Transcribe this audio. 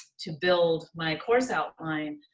to build my course outline,